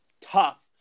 tough